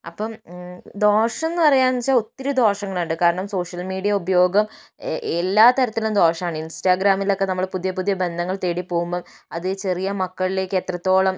അപ്പം ദോഷം എന്ന് പറയാമെന്നു വച്ചാൽ ഒത്തിരി ദോഷങ്ങളുണ്ട് കാരണം സോഷ്യൽ മീഡിയ ഉപയോഗം എല്ലാ തരത്തിലും ദോഷമാണ് ഇൻസ്റ്റാഗ്രാമിലൊക്കെ നമ്മൾ പുതിയ പുതിയ ബന്ധങ്ങൾ തേടി പോകുമ്പം അതു ചെറിയ മക്കളിലേക്ക് എത്രത്തോളം